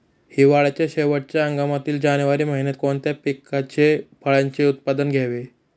हिवाळ्याच्या शेवटच्या हंगामातील जानेवारी महिन्यात कोणत्या पिकाचे, फळांचे उत्पादन घ्यावे?